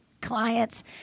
clients